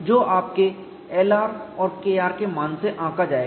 जो आपके Lr और Kr मान से आंका जाएगा